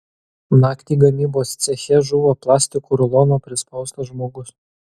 naktį gamybos ceche žuvo plastiko rulono prispaustas žmogus